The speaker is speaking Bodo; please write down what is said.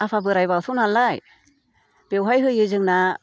आफा बोराय बाथौ नालाय बेवहाय होयो जोंना